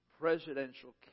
presidential